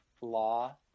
law